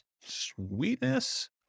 Sweetness